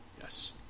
Yes